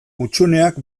hutsuneak